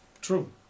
True